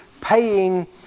paying